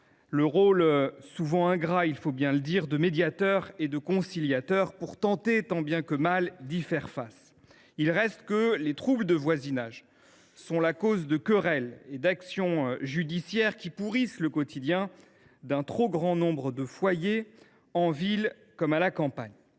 le rôle – souvent ingrat, il faut bien le dire – de médiateurs et de conciliateurs pour tenter, tant bien que mal, d’y faire face. Il reste que les troubles de voisinage sont la cause de querelles et d’actions judiciaires qui pourrissent le quotidien d’un trop grand nombre de foyers, en ville comme à la campagne.